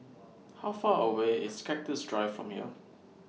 How Far away IS Cactus Drive from here